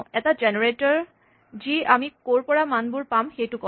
এটা জেনেৰেটৰ যি আমি ক'ৰ পৰা মানবোৰ পাম সেইটো কয়